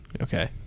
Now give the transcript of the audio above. Okay